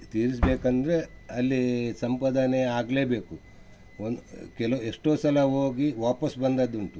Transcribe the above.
ತೀರಿಸ್ಬೇಕಂದ್ರೆ ಅಲ್ಲಿ ಸಂಪಾದನೆ ಆಗಲೇಬೇಕು ಒಂದು ಕೆಲವು ಎಷ್ಟೋ ಸಲ ಹೋಗಿ ವಾಪಸ್ ಬಂದಿದ್ದುಂಟು